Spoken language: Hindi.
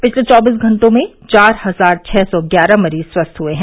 पिछले चौबीस घंटों में चार हजार छ सौ ग्यारह मरीज स्वस्थ हुए हैं